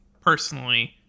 personally